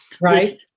Right